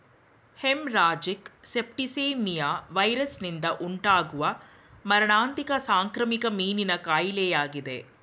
haemorrhagic septicaemia ವೈರಸ್ನಿಂದ ಉಂಟಾಗುವ ಮಾರಣಾಂತಿಕ ಸಾಂಕ್ರಾಮಿಕ ಮೀನಿನ ಕಾಯಿಲೆಯಾಗಿದೆ